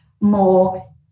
more